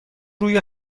روی